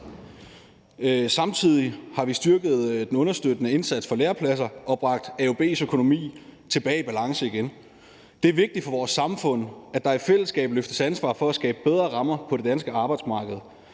Samtidig har vi styrket den understøttende indsats for lærepladser og bragt AUB's økonomi tilbage i balance igen. Det er vigtigt for vores samfund, at vi i fællesskab løfter ansvaret for at skabe bedre rammer for det danske arbejdsmarked.